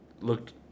looked